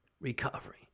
recovery